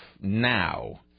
now